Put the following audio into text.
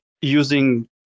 using